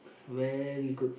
very good